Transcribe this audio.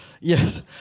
Yes